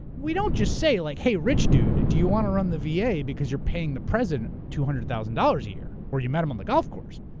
we don't just say like, hey, rich dude, do you want to run the v. a. because you're paying the president two hundred thousand dollars a year or you met him on the golf course?